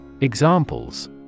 Examples